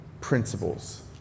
principles